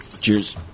Cheers